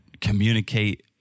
communicate